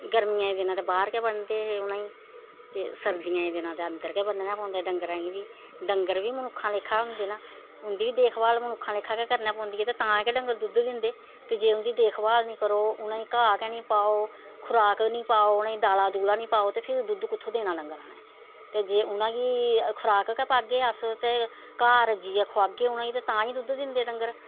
गर्मियें दे दिनें ते बाह्र गै बनदे हे उ'नेंगी ते सर्दियें दे दिनें ते अन्दर गै बन्नने पौंदे डंगरें गी बी डंगर बी मनुक्खै लेखा होंदे न उंदी बी देखभाल मनुक्खा लेखा गै करनी पौंदी ऐ ते तां गै डंगर दुद्ध दिंदे ते जे उं'दी देखभाल निं करो उ'नेंगी घाह् गै नी पाओ खराक गै निं पाओ उ'नेंगी दाला दूला निं पाओ ते फिर दुद्ध कुत्थूं देना डंगरै न ते जे उ'नेंगी खराक गै पाह्गे अस तेघाह् रज्जियै खलोआगे उ'नेंगी ते तां गै दुद्ध दिंदे डंगर